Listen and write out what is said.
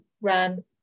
ran